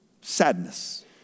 Sadness